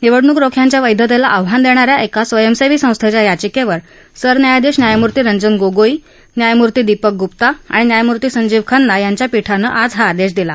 निवडणूक रोख्यांच्या वैधतेला आव्हान देणाऱ्या एका स्वयंसेवी संस्थेच्या याचिकेवर सरन्यायाधीश न्यायमूर्ती रंजन गोगोई न्यायमूर्ती दीपक गुप्ता आणि न्यायमूर्ती संजीव खन्ना यांच्या पीठानं आज हा आदेश दिला